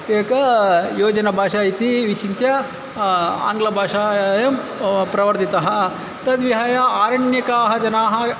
एक योजनभाषा इति विचिन्त्य आङ्ग्लभाषायां प्रवर्धितः तद्विहाय अरण्यकाः जनाः